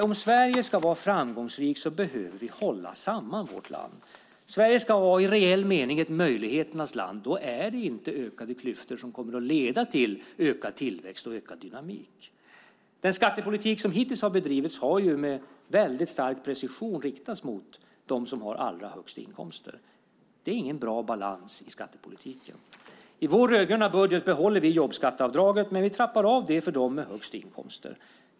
Om Sverige ska vara framgångsrikt behöver vi hålla samman vårt land. Sverige ska vara i reell mening ett möjligheternas land, och då är det inte ökade klyftor som kommer att leda till ökad tillväxt och ökad dynamik. Den skattepolitik som hittills har bedrivits har med väldigt stark precision riktats mot dem som har allra högst inkomster. Det är ingen bra balans i skattepolitiken. I vår rödgröna budget behåller vi jobbskatteavdraget, men vi trappar av det för dem med högst inkomster.